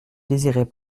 désirait